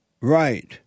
Right